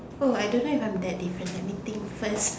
oh I don't know if I am that different let me think first